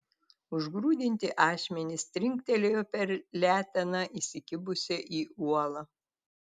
užgrūdinti ašmenys trinktelėjo per leteną įsikibusią į uolą